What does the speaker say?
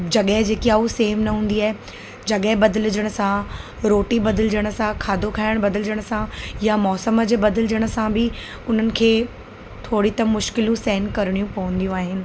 जॻह जेकी आहे उहा सेम न हूंदी आहे जॻह बदिलजण सां रोटी बदलजण सां खादो खाइणु बदिलजण सां या मौसम जे बदिलजण सां बि उन्हनि खे थोरी त मुश्किलूं सहन करणियूं पवंदियूं आहिनि